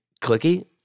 clicky